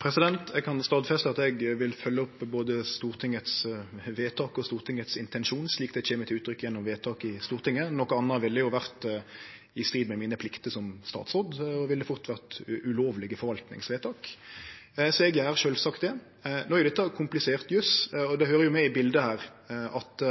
Eg kan stadfeste at eg vil følgje opp både Stortingets vedtak og Stortingets intensjon, slik det kjem til uttrykk gjennom vedtak i Stortinget. Noko anna ville vore i strid med pliktene mine som statsråd og ville fort ha vore ulovlege forvaltingsvedtak. Så eg gjer sjølvsagt det. Nå er dette komplisert juss, og det høyrer med i biletet at